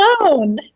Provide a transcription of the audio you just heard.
alone